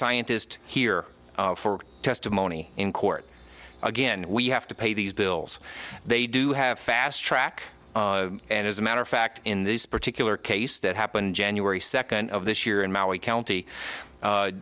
scientist here for testimony in court again we have to pay these bills they do have fast track and as a matter of fact in this particular case that happened january second of this year and now we county